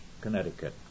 Connecticut